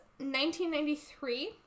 1993